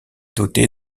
dotée